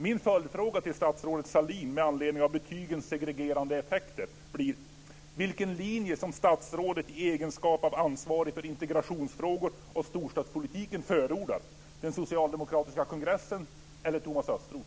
Min följdfråga till statsrådet Sahlin med anledning av betygens segregerande effekter blir: Vilken linje förordar statsrådet i egenskap av ansvarig för integrationsfrågor och storstadspolitik - den socialdemokratiska kongressens eller Thomas Östros?